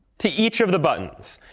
to each of the buttons.